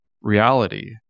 reality